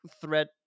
threat